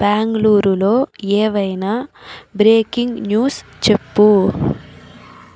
బెంగళూరులో ఏమైనా breaking news చెప్పు